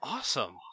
Awesome